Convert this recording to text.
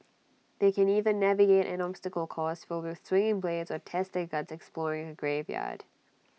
they can either navigate an obstacle course filled with swinging blades or test their guts exploring A graveyard